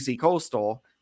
Coastal